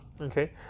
okay